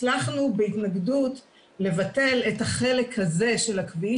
הצלחנו בהתנגדות לבטל את החלק הזה של הכביש